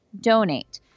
donate